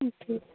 ठीक